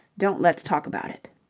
don't let's talk about it.